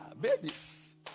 Babies